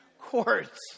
courts